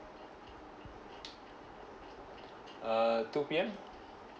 uh two P_M